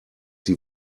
die